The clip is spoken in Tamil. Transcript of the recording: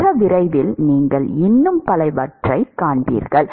மிக விரைவில் நீங்கள் இன்னும் பலவற்றைக் காண்பீர்கள்